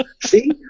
See